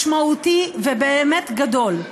משמעותי ובאמת גדול.